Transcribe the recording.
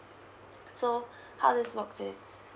so how this work is